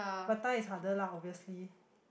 but Thai is harder lah obviously